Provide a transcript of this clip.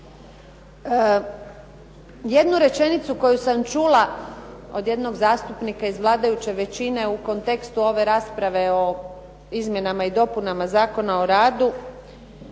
Jednu rečenicu koju sam čula od jednog zastupnika iz vladajuće većine u kontekstu ove rasprave o izmjenama i dopunama Zakona o radu,